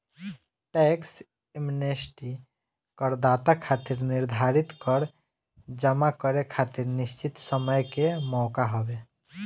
tax amnesty करदाता खातिर निर्धारित कर जमा करे खातिर निश्चित समय के मौका हवे